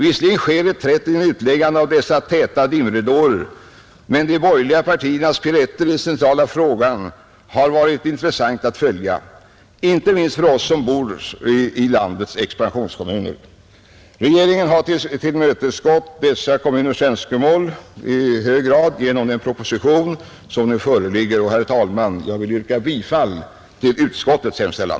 Visserligen sker reträtten med utläggande av täta dimridåer, men de borgerliga partiernas piruetter i den centrala frågan har varit intressanta att följa, inte minst för oss som bor i landets expansionskommuner, Regeringen har tillmötesgått dessa kommuners önskemål i hög grad genom den proposition som nu föreligger. Herr talman! Jag yrkar bifall till utskottets hemställan.